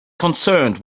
concerned